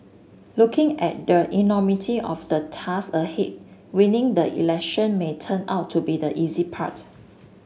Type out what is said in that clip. looking at the enormity of the task ahead winning the election may turn out to be the easy part